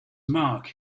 mark